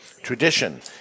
tradition